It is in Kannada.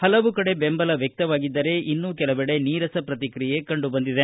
ಹಲವು ಕಡೆ ಬೆಂಬಲ ವ್ಯಕ್ತವಾಗಿದ್ದರೆಇನ್ನು ಕೆಲವೆಡೆ ನೀರಸ ಪ್ರತಿಕ್ರಿಯೆ ಕಂಡುಬಂದಿದೆ